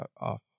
off